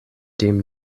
dem